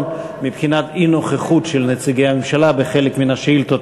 מבחינת אי-נוכחות של נציגי הממשלה בחלק מן השאילתות.